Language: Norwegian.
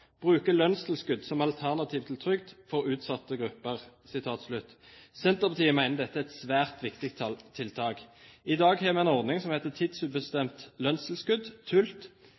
trygd for utsatte grupper». Senterpartiet mener dette er et svært viktig tiltak. I dag har vi en ordning som heter tidsubestemt lønnstilskudd